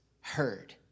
heard